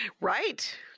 right